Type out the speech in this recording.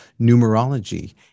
numerology